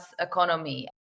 economy